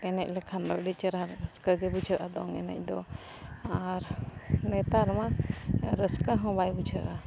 ᱮᱱᱮᱡ ᱞᱮᱠᱷᱟᱱ ᱫᱚ ᱟᱹᱰᱤ ᱪᱮᱨᱦᱟ ᱨᱟᱹᱥᱠᱟᱹᱜᱮ ᱵᱩᱡᱷᱟᱹᱜᱼᱟ ᱫᱚᱝ ᱮᱱᱮᱡ ᱫᱚ ᱟᱨ ᱱᱮᱛᱟᱨᱢᱟ ᱨᱟᱹᱥᱠᱟᱹ ᱦᱚᱸ ᱵᱟᱭ ᱵᱩᱡᱷᱟᱹᱜᱼᱟ